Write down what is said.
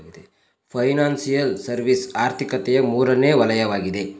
financial service ಆರ್ಥಿಕತೆಯ ಮೂರನೇ ವಲಯವಗಿದೆ